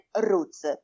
roots